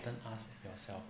do you often ask yourself